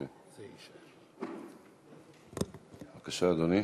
הצעה לסדר-היום מס' 2965. בבקשה, אדוני.